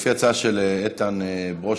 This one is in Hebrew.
לפי ההצעה של איתן ברושי,